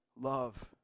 love